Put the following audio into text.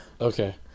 Okay